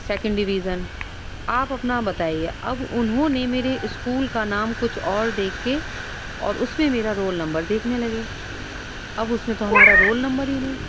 second division آپ اپنا بتائیے اب انہوں نے میرے اسکول کا نام کچھ اور دیکھ کے اور اس میں میرا رول نمبر دیکھنے لگے اب اس میں تو ہمارا رول نمبر ہی نہیں